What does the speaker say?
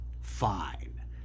fine